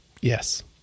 Yes